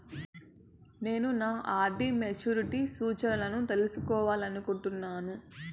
నేను నా RD maturity సూచనలను తెలుసుకోవాలనుకుంటున్నాను